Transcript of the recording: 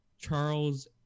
Charles